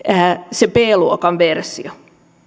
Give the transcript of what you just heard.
se b luokan versio